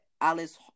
Alice